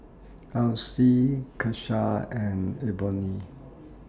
Alcee Kesha and Ebony